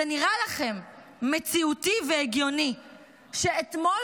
זה נראה לכם מציאותי והגיוני שאתמול